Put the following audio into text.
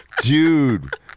dude